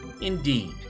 Indeed